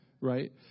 right